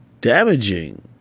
Damaging